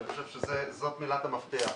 אני חושב שזאת מילת המפתח,